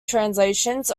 translations